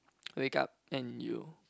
wake up and you